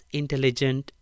intelligent